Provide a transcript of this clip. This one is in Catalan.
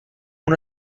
una